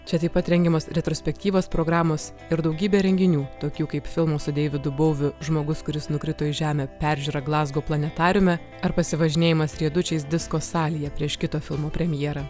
čia taip pat rengiamos retrospektyvos programos ir daugybė renginių tokių kaip filmo su deividu būviu žmogus kuris nukrito į žemę peržiūrą glazgo planetariume ar pasivažinėjimas riedučiais disko salėje prieš kito filmo premjerą